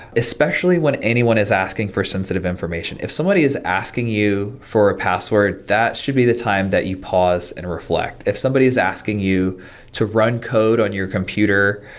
especially when anyone is asking for sensitive information. if somebody is asking you for a password, that should be the time that you pause and reflect. if somebody is asking you to run code on your computer,